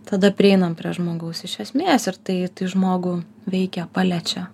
tada prieinam prie žmogaus iš esmės ir tai žmogų veikia paliečia